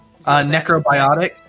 Necrobiotic